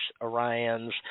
Orions